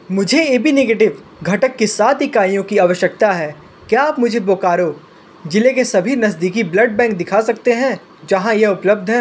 मुझे A B negative घटक की सात इकाइयों की आवश्यकता है क्या आप मुझे बोकारो ज़िले के सभी नज़दीकी ब्लड बैंक दिखा सकते हैं जहाँ यह उपलब्ध है